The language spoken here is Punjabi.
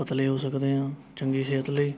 ਪਤਲੇ ਹੋ ਸਕਦੇ ਹਾਂ ਚੰਗੀ ਸਿਹਤ ਲਈ